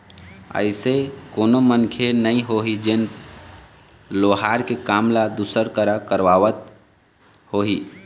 अइसे कोनो मनखे नइ होही जेन लोहार के काम ल दूसर करा करवात होही